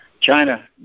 China